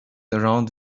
around